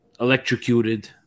electrocuted